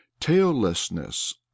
Taillessness